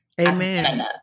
Amen